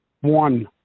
One